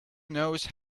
knows